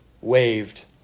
waved